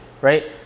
right